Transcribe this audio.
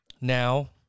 now